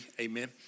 amen